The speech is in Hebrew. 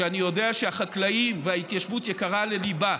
שאני יודע שהחקלאים וההתיישבות יקרים לליבה,